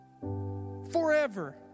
Forever